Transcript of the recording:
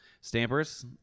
stampers